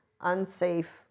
unsafe